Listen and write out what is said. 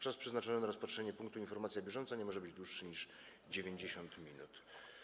Czas przeznaczony na rozpatrzenie punktu: Informacja bieżąca nie może być dłuższy niż 90 minut.